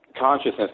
consciousness